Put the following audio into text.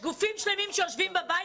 יש גופים שלמים שיושבים בבית